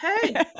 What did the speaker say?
hey